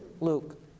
Luke